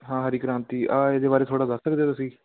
ਹਾਂ ਹਰੀ ਕ੍ਰਾਂਤੀ ਆਹ ਇਹਦੇ ਬਾਰੇ ਥੋੜ੍ਹਾ ਦੱਸ ਸਕਦੇ ਤੁਸੀਂ